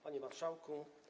Panie Marszałku!